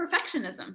perfectionism